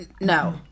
No